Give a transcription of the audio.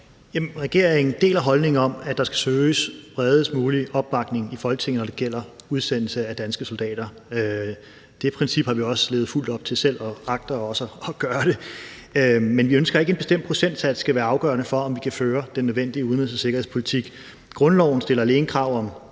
regeringen deler holdningen om, at der skal søges bredest mulig opbakning i Folketinget, når det gælder udsendelse af danske soldater. Det princip har vi jo også levet fuldt op til selv og agter også at gøre det. Men vi ønsker ikke, at en bestemt procentsats skal være afgørende for, om vi kan føre den nødvendige udenrigs- og sikkerhedspolitik. Grundloven stiller alene krav om